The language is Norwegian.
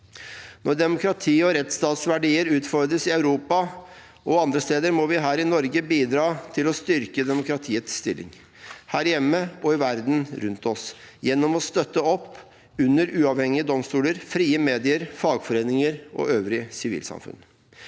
Når demokrati og rettsstatsverdier utfordres i Europa og andre steder, må vi her i Norge bidra til å styrke demokratiets stilling – her hjemme og i verden rundt oss – gjennom å støtte opp under uavhengige domstoler, frie medier, fagforeninger og øvrig sivilsamfunn.